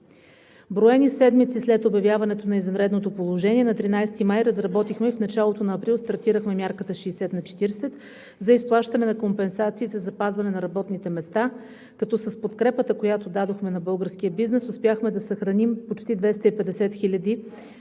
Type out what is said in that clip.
Броени седмици след обявяването на извънредното положение – на 13 март разработихме и в началото на април стартирахме мярката 60/40 за изплащане на компенсации за запазване на работните места, като с подкрепата, която дадохме на българския бизнес, успяхме да съхраним почти 250 хиляди